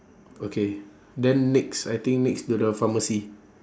okay then next I think next to the pharmacy